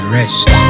rest